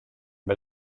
but